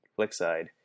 Flickside